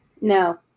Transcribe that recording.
No